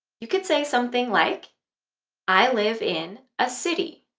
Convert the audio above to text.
you could say something like i live in a city